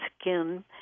skin